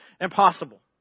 impossible